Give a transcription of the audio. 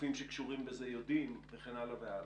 הגופים שקשורים בזה יודעים, וכן הלאה?